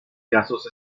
casos